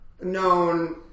known